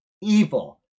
evil